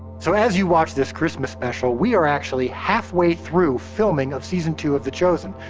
so as you watch this christmas special, we are actually halfway through filming of season two of the chosen.